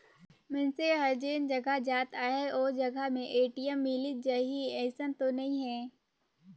मइनसे हर जेन जघा जात अहे ओ जघा में ए.टी.एम मिलिच जाही अइसन तो नइ हे